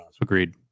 agreed